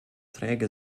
träge